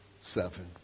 seven